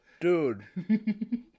dude